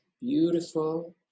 beautiful